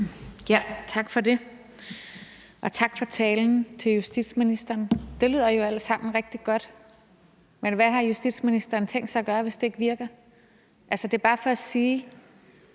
Tak for det, og tak for talen til justitsministeren. Det lyder jo alt sammen rigtig godt, men hvad har justitsministeren tænkt sig at gøre, hvis det ikke virker? Altså, det er bare for at sige,